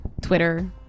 twitter